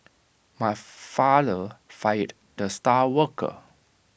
my father fired the star worker